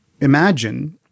imagine